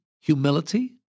humility